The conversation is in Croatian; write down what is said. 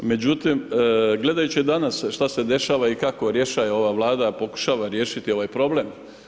Međutim, gledajući danas šta se dešava i kako rješava ova Vlada, pokušava riješiti ovaj problem.